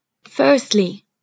Firstly